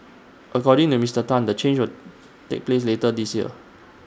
according to Mister Tan the change will take place later this year